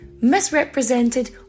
misrepresented